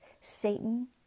Satan